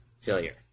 failure